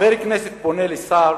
חבר כנסת פונה אל השר,